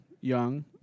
young